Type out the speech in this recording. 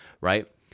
right